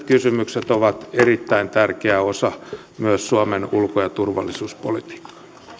arktiset kysymykset ovat erittäin tärkeä osa myös suomen ulko ja turvallisuuspolitiikkaa